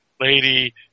Lady